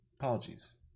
Apologies